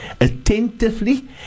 attentively